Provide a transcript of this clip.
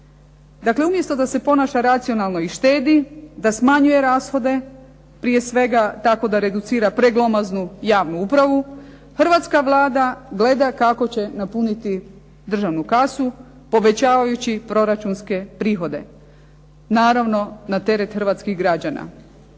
Dakle, umjesto da se ponaša racionalno i štedi, da smanjuje rashode prije svega, tako da reducira preglomaznu javnu upravu, hrvatska Vlada gleda kako će napuniti državnu kasu, povećavajući proračunske prihode. Naravno na teret hrvatskih građana.